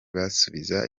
basubiza